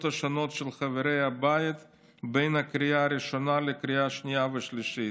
השונות של חברי הבית בין הקריאה הראשונה לקריאה שנייה ושלישית.